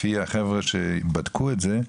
לפי החבר'ה שבדקו את זה,